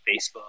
facebook